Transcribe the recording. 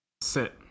Sit